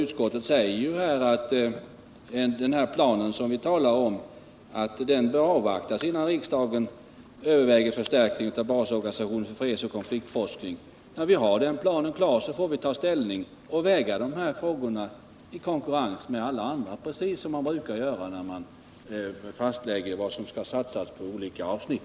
Utskottet skriver ju också att planen bör avvaktas, innan riksdagen överväger förstärkning av basorganisationen för fredsoch konfliktforskning. När vi har planen klar får vi ta ställning och väga de här frågorna i konkurrens med alla andra, precis som man brukar göra när man fastställer vad som bör satsas på olika avsnitt.